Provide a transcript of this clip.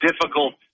difficult